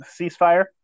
ceasefire